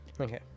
Okay